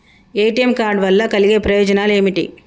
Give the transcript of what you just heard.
ATM card వల్ల కలిగే ప్రయోజనాలు ఏమిటి?